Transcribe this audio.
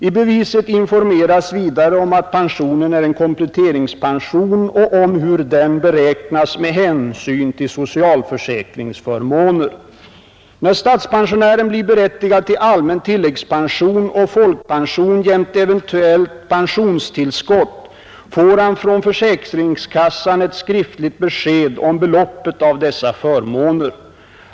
I beviset informeras vidare om att pensionen är en kompletteringspension och om hur den beräknas med hänsyn till socialförsäkringsförmåner. När statspensionären blir berättigad till allmän tilläggspension och folkpension jämte eventuellt pensionstillskott får han från försäkringskassan ett skriftligt besked om beloppet av dessa förmåner.